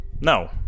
No